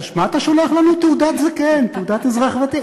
מה אתה שולח לנו תעודת זקן, תעודת אזרח ותיק?